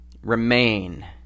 remain